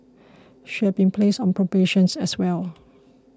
she has been placed on probations as well